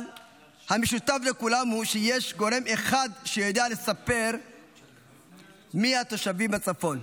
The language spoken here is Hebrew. אבל המשותף לכולם הוא שיש גורם אחד שיודע לספר מי התושבים בצפון,